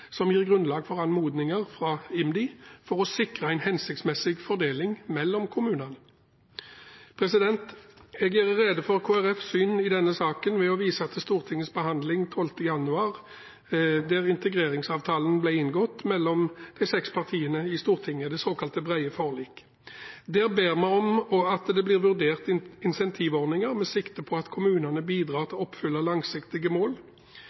som gir grunnlag for anmodninger fra IMDi, for å sikre en hensiktsmessig fordeling mellom kommunene. Jeg gjør rede for Kristelig Folkepartis syn i denne saken ved å vise til Stortingets behandling 12. januar 2016, da integreringsavtalen ble inngått mellom de seks partiene i Stortinget, det såkalt brede forliket. Der ber Stortinget regjeringen om å «1. Vurdere incentivordninger med sikte på at kommunene bidrar til å oppfylle langsiktige mål